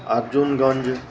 Arjunganj